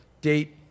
date